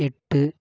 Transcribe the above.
எட்டு